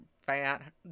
fat